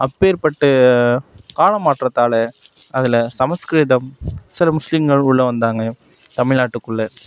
அப்பேர்ப்பட்ட காலம் மாற்றத்தால் அதில் சமஸ்கிருதம் சில முஸ்லிம்கள் உள்ளே வந்தாங்க தமிழ்நாட்டுக்குள்ளே